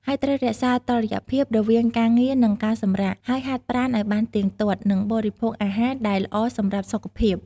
ហើយត្រូវរក្សាតុល្យភាពរវាងការងារ និងការសម្រាក ហើយហាត់ប្រាណឲ្យបានទៀងទាត់ និងបរិភោគអាហារដែលល្អសម្រាប់សុខភាព។